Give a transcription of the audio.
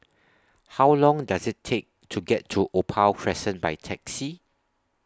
How Long Does IT Take to get to Opal Crescent By Taxi